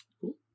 Cool